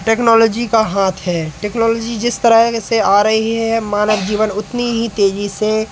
technology का हाथ है टेक्नोलॉजी जिस तरह ग से आ रही है मानव जीवन उतनी ही तेजी से